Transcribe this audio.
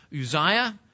Uzziah